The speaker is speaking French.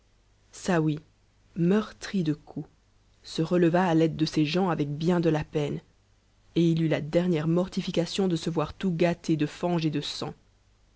saouy meurtri de coups se releva à l'aide de ses gens avec bien de h peine et il eut la dernière mortification de se voir tout gâté de fange e de sang